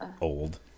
Old